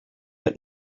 had